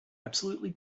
absolutely